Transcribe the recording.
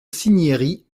cinieri